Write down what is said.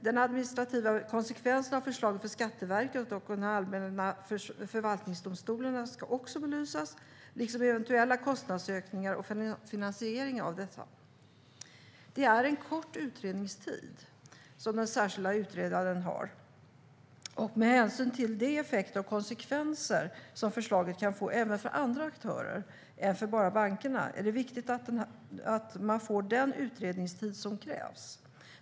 De administrativa konsekvenserna av förslagen för Skatteverket och de allmänna förvaltningsdomstolarna ska också belysas liksom eventuella kostnadsökningar och finansieringen av dessa. Den särskilda utredaren har kort utredningstid. Med hänsyn till de effekter och konsekvenser som förslaget kan få även för andra aktörer än bankerna är det viktigt att man får den utredningstid som krävs.